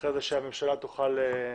ואחר כך הממשלה תוכל להתייחס.